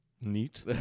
Neat